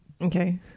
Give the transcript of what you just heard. Okay